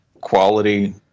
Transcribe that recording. quality